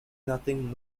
nothing